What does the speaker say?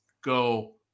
go